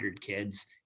kids